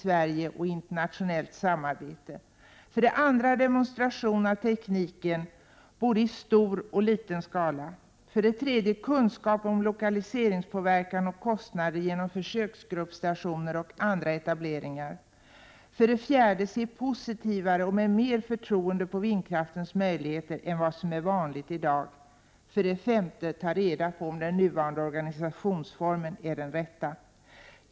Jo, på följande sätt: 2. demonstration av tekniken både i stor och i liten skala, 3. kunskap om lokaliseringspåverkan och kostnader genom försöksgruppstationer och andra etableringar, 4. en positivare syn på och mer förtroende för vindkraftens möjligheter än vad som är vanligt i dag samt 5. utrönande av om den nuvarande organisationsformen är den rätta.